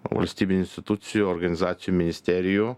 valstybinių institucijų organizacijų ministerijų